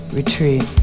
retreat